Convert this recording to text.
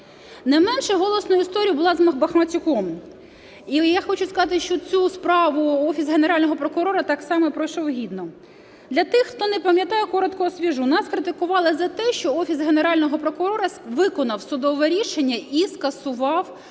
Не менш голосною була історія з Бахматюком. І я хочу сказати, що цю справу Офіс Генерального прокурора так само пройшов гідно. Для тих, хто не пам'ятає, коротко освіжу. Нас критикували за те, що Офіс Генерального прокурора виконав судове рішення і скасував постанову